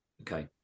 Okay